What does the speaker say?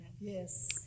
Yes